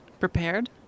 Prepared